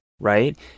right